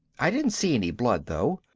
i didn't see any blood though.